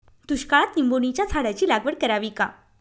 दुष्काळात निंबोणीच्या झाडाची लागवड करावी का?